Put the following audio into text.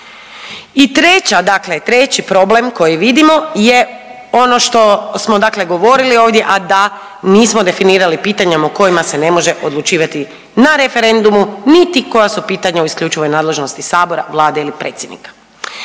treći problem koji vidimo je ono što smo dakle govorili ovdje, a da nismo definirali pitanjem o kojima se ne može odlučivati na referendumu, niti koja su pitanja u isključivoj nadležnosti sabora, Vlade ili predsjednika.